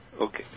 Okay